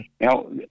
Now